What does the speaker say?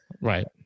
Right